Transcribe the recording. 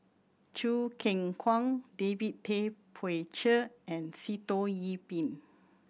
Choo Keng Kwang David Tay Poey Cher and Sitoh Yih Pin